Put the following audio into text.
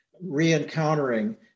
re-encountering